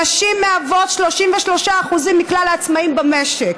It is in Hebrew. נשים מהוות 33% מכלל העצמאים במשק,